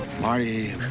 Marty